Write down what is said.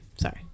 sorry